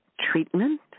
treatment